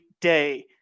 day